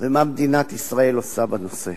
ומה מדינת ישראל עושה בנושא.